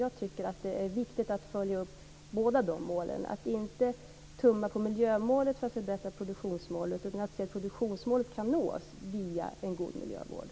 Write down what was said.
Jag tycker att det är viktigt att följa upp båda målen, alltså att inte tumma på miljömålet för att förbättra produktionsmålet utan att se till att produktionsmålet kan nås via en god miljövård.